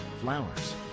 flowers